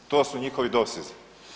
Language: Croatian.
To su njihovi dosezi.